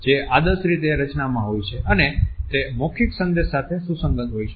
જે આર્દશ રીતે રચનામાં હોય છે અને તે મૌખિક સંદેશ સાથે સુસંગત હોય છે